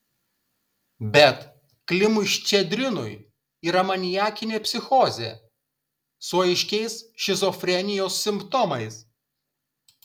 bet klimui ščedrinui yra maniakinė psichozė su aiškiais šizofrenijos simptomais